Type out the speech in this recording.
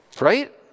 right